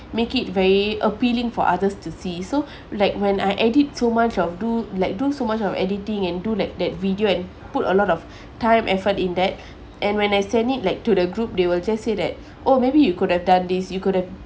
make it very appealing for others to see so like when I edit so much of do like do so much of editing and do that that video and put a lot of time effort in that and when I send it like to the group they will just say that oh maybe you could have done this you could have